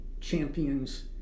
champions